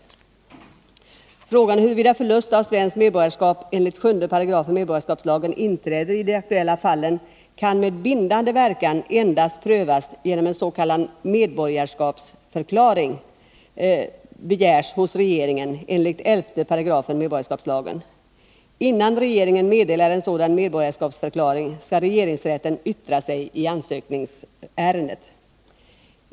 fall Frågan huruvida förlust av svenskt medborgarskap enligt 7 § medborgarskapslagen inträder i de aktuella fallen kan med bindande verkan endast prövas genom att en s.k. medborgarskapsförklaring begärs hos regeringen enligt 11 § medborgarskapslagen. Innan regeringen meddelar en sådan medborgarskapsförklaring skall regeringsrätten yttra sig i ansökningsärendet.